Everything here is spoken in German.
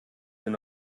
sind